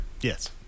yes